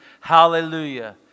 hallelujah